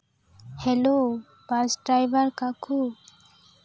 hello bus driver ᱠᱟᱠᱩ